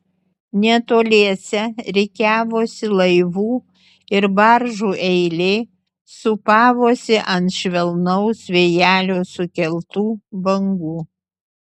netoliese rikiavosi laivų ir baržų eilė sūpavosi ant švelnaus vėjelio sukeltų bangų